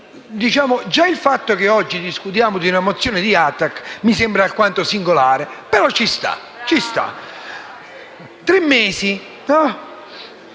già il fatto che oggi discutiamo di una mozione sull'ATAC mi sembra alquanto singolare. Ma ci sta. Da tre mesi